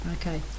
Okay